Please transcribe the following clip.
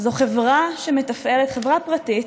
זה חברה פרטית